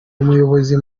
umuyobozi